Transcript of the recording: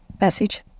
message